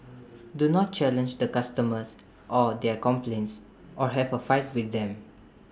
do not challenge the customers or their complaints or have A fight with them